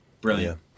Brilliant